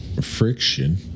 friction